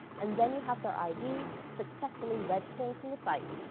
and then you have their id successfully registering from the site.